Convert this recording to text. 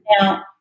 Now